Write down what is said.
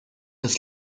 ist